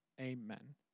Amen